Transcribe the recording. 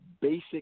basic